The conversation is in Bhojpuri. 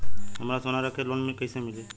हमरा सोना रख के लोन कईसे मिली?